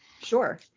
Sure